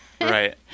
Right